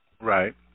Right